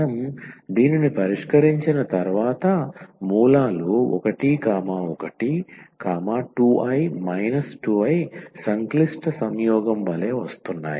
మనం దీనిని పరిష్కరించిన తర్వాత మూలాలు 112i 2i సంక్లిష్ట సంయోగం వలె వస్తున్నాయి